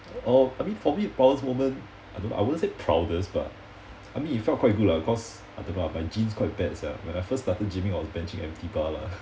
oh I mean for me proudest moment I don't know I won't say proudest but I mean it felt quite good lah cause I don't know lah my gym's quite bad sia when I first started gymming all the benching empty bar lah